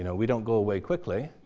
you know we don't go away quickly.